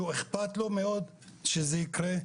שאכפת לו מאוד שזה יקרה,